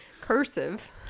Cursive